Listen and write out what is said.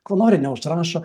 ko nori neužrašo